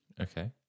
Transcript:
Okay